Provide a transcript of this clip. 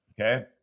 Okay